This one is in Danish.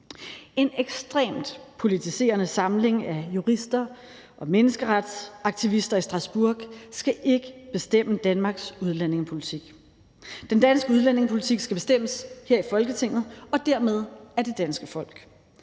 En ekstremt politiserende samling af jurister og menneskeretsaktivister i Strasbourg skal ikke bestemme Danmarks udlændingepolitik. Den danske udlændingepolitik skal bestemmes her i Folketinget og dermed af det danske folk.